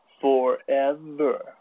Forever